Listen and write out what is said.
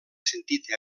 sentit